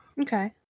Okay